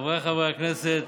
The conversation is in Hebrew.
חבריי חברי הכנסת,